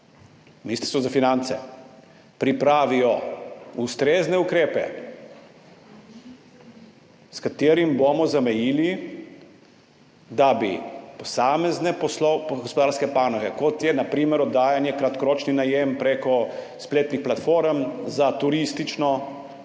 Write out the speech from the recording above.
Ministrstvo za finance, pripravijo ustrezne ukrepe, s katerimi bomo zamejili, da bi posamezne gospodarske panoge, kot je na primer oddajanje za kratkoročni najem prek spletnih platform za turistično